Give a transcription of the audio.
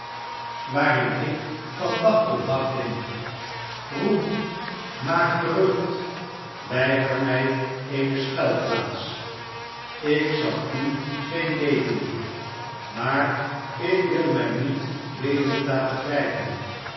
waarin ik van nogmaals wie is hij dag tot dag leef roep maak gerucht weiger mij eene schuilplaats ik zal u geen leed doen maar ik wil mij niet levend laten grijpen